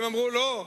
הם אמרו: לא,